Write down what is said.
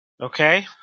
Okay